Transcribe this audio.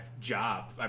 job